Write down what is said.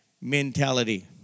mentality